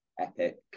epic